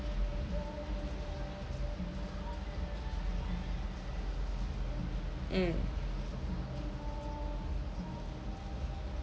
mm